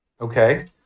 Okay